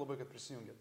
labai kad prisijungėt